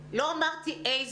לחודשי הקיץ, ולא אמרתי איזו